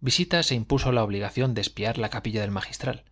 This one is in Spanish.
visita se impuso la obligación de espiar la capilla del magistral